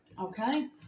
Okay